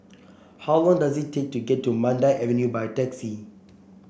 how long does it take to get to Mandai Avenue by taxi